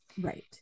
right